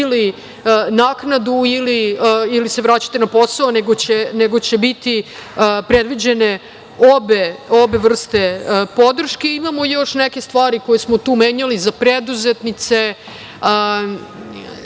ili naknadu ili se vraćate na posao, nego će biti predviđene obe vrste podrške. Imamo još neke stvari koje smo tu menjali za preduzetnice,